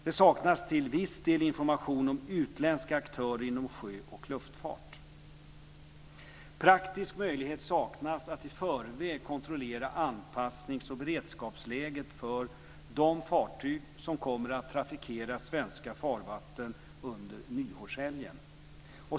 Det saknas till viss del information om utländska aktörer inom sjö och luftfart. Praktisk möjlighet saknas att i förväg kontrollera anpassnings och beredskapsläget för de fartyg som kommer att trafikera svenska farvatten under nyårshelgen.